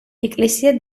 ეკლესია